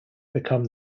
become